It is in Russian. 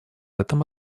этом